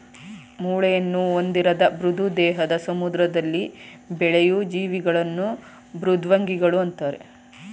ಮೂಳೆಯನ್ನು ಹೊಂದಿರದ ಮೃದು ದೇಹದ ಸಮುದ್ರದಲ್ಲಿ ಬೆಳೆಯೂ ಜೀವಿಗಳನ್ನು ಮೃದ್ವಂಗಿಗಳು ಅಂತರೆ